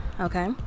okay